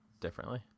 differently